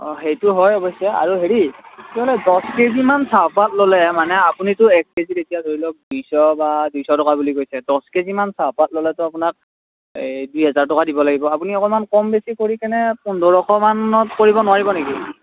অ' সেইটো হয় অৱস্যে আৰু হেৰি সিহঁতে দহ কে জি মান চাহপাত ল'লে মানে অপুনিটো এক কে জিত এতিয়া ধৰি লওঁক দুইশ বা দুইশ টকা বুলি কৈছে দহ কে জিমান চাহপাত ল'লেটো আপোনাক এই দুই হেজাৰ টকা দিব লাগিব আপুনি অকণমান কম বেছি কৰি কেনে পোন্ধৰশ মানত কৰিব নোৱাৰিব নেকি